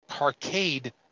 arcade